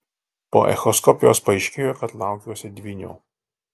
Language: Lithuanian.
po echoskopijos paaiškėjo kad laukiuosi dvynių